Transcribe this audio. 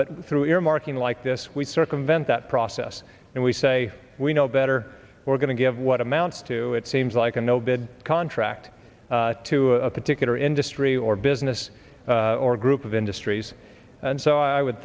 but through earmarking like this we circumvent that process and we say we know better we're going to give what amounts to it seems like a no bid contract to a particular industry or business or group of industries and so i would